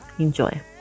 Enjoy